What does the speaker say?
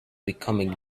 becoming